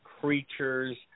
creatures